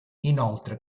inoltre